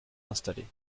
installés